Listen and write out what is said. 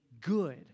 good